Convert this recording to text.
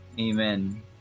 Amen